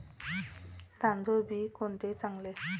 तांदूळ बी कोणते चांगले?